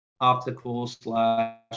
optical/slash